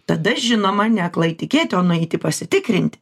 tada žinoma ne aklai tikėti o nueiti pasitikrinti